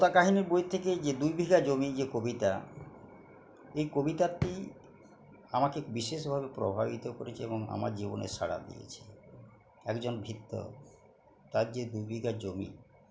তোতা কাহিনীর বই থেকে যে দুই বিঘা জমি যে কবিতা এই কবিতাটি আমাকে বিশেষভাবে প্রভাবিত করেছে এবং আমার জীবনে সারা দিয়েছে একজন ভৃত্য তার যে দুই বিঘা জমি